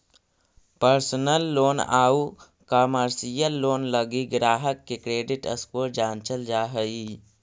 personal loan आउ commercial loan लगी ग्राहक के क्रेडिट स्कोर जांचल जा हइ